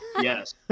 Yes